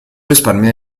risparmio